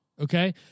okay